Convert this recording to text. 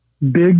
big